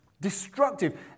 destructive